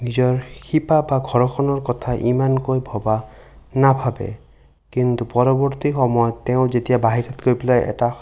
নিজৰ শিপা বা ঘৰখনৰ কথা ইমানকৈ ভবা নাভাবে কিন্তু পৰৱৰ্তী সময়ত তেওঁ যেতিয়া বাহিৰত গৈ পেলাই এটা